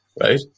Right